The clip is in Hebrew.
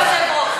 היושב-ראש,